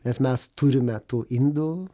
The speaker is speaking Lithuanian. nes mes turime tų indų